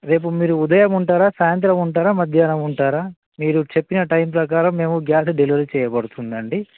రేపు మీరు ఉదయంముంటారా సాయంత్రం ఉంటారా మధ్యాహ్నం ఉంటారా మీరు చెప్పిన టైం ప్రకారం మేము గ్యాస్ డెలివరీ చేయబడుతుందండి